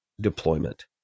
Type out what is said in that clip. deployment